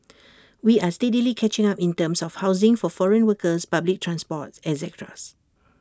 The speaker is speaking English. we are steadily catching up in terms of housing for foreign workers public transport etc